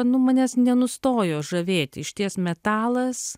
nu manęs nenustojo žavėti išties metalas